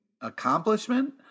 accomplishment